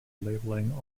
labeling